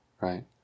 right